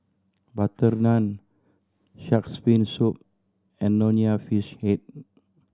butter naan Shark's Fin Soup and Nonya Fish Head